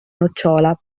nocciola